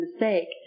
mistake